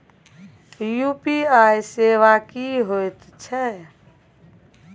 UPI सेवा की होयत छै?